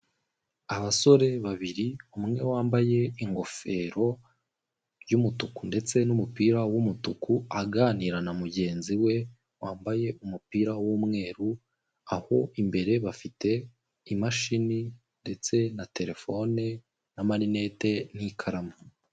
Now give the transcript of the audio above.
Abasore babiri umwe wambaye ingofero y'umutuku ndetse n'umupira w'umutuku, aganira na mugenzi we wambaye umupira w'umweru, aho imbere bafite imashini ndetse na telefone na marinete n'ikaramu.